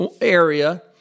area